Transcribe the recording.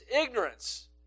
ignorance